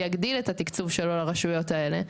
יגדיל את התקצוב שלו לרשויות האלה,